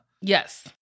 Yes